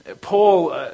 Paul